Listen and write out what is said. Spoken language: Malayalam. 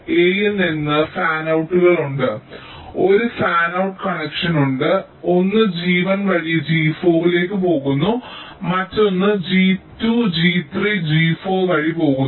എയിൽ നിന്ന് ഫാനൌട്ടുകൾ ഉണ്ട് ഒരു ഫാനൌട്ട് കണക്ഷൻ ഉണ്ട് ഒന്ന് G1 വഴി G4 ലേക്ക് പോകുന്നു മറ്റൊന്ന് G2 G3 G4 വഴി പോകുന്നു